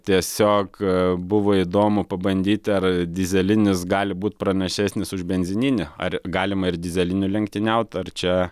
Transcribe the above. tiesiog buvo įdomu pabandyti ar dyzelinis gali būt pranašesnis už benzininį ar galima ir dyzeliniu lenktyniaut ar čia